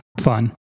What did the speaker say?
fun